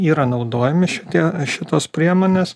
yra naudojami šitie šitos priemonės